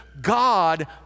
God